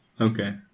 Okay